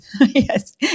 Yes